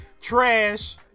Trash